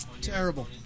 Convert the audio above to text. Terrible